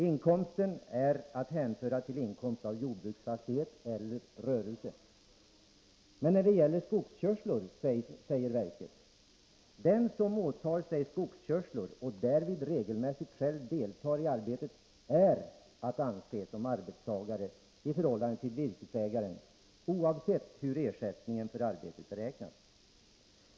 Inkomsten är att hänföra till inkomst av jordbruksfastighet eller rörelse.” När det gäller skogskörslor säger emellertid verket: ”Den som åtar sig skogskörslor och därvid regelmässigt själv deltar i arbetet är att anse som arbetstagare i förhållande till virkesägaren, oavsett hur ersättningen för arbetet beräknats.